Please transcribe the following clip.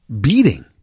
beating